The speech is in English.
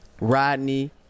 Rodney